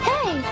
Hey